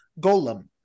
golem